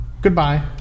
goodbye